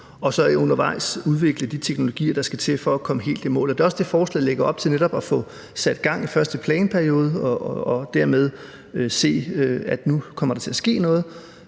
og så undervejs udvikle de teknologier, der skal til for at komme helt i mål. Det er også det, forslaget lægger op til, netop at få sat gang i første planperiode og dermed se, at der nu kommer til at ske noget,